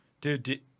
Dude